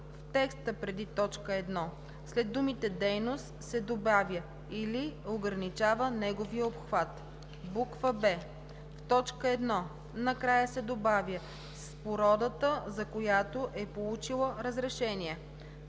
в текста преди т. 1 след думата „дейност“ се добавя „или ограничава неговия обхват“; б) в т. 1 накрая се добавя „с породата, за която е получила разрешение“;